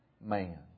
man